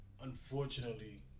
Unfortunately